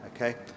okay